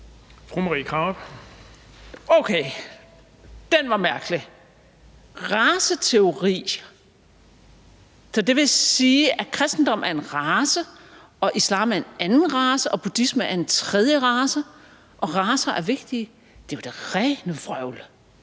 Okay, den var mærkelig: raceteori. Så det vil sige, at kristendommen er en race, og at islam er en anden race, og at buddhismen er en tredje race, og at racer er vigtige. Det er jo det rene vrøvl.